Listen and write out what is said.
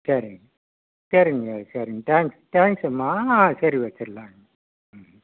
சரிங்க சரிங்க சரி தேங்க்ஸ் தேங்ஸும்மா ஆ சரி வச்சிடலாங்க ம்